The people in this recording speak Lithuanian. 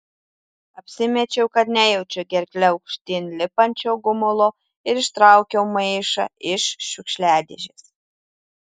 apsimečiau kad nejaučiu gerkle aukštyn lipančio gumulo ir ištraukiau maišą iš šiukšliadėžės